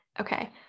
Okay